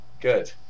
Good